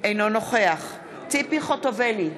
אינו נוכח ציפי חוטובלי,